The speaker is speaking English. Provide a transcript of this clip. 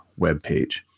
webpage